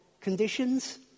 conditions